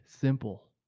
simple